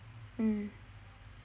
mm